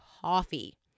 coffee